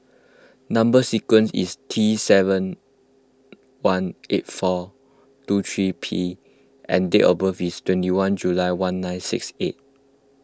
Number Sequence is T seven one eight four two three P and date of birth is twenty one July one nine six eight